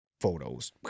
photos